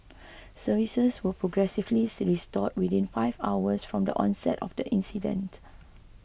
services were progressively restored within five hours from the onset of the incident